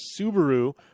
Subaru